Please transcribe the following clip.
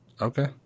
Okay